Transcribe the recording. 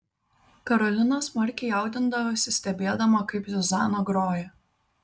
karolina smarkiai jaudindavosi stebėdama kaip zuzana groja